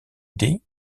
des